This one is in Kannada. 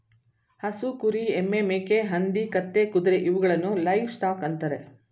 ಹಸು, ಕುರಿ, ಎಮ್ಮೆ, ಮೇಕೆ, ಹಂದಿ, ಕತ್ತೆ, ಕುದುರೆ ಇವುಗಳನ್ನು ಲೈವ್ ಸ್ಟಾಕ್ ಅಂತರೆ